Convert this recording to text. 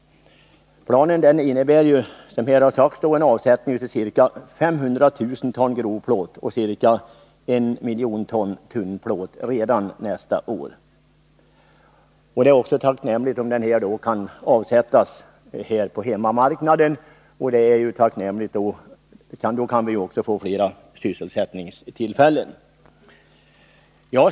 Den planen innebär, som här har sagts, en avsättning av ca 500 000 ton grovplåt och ca 1 miljon ton tunnplåt redan nästa år. Det är då tacknämligt om plåten kan avsättas på hemmamarknaden, eftersom vi då skulle kunna få fler sysselsättningstillfällen.